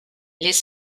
les